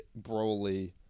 Broly